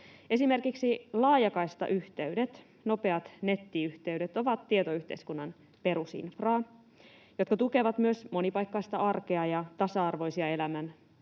Esimerkiksi laajakaistayhteydet, nopeat nettiyhteydet, ovat tietoyhteiskunnan perusinfraa, jotka tukevat myös monipaikkaista arkea ja tasa-arvoisia elämisen ja